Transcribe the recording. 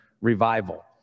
revival